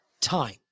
time